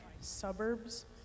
suburbs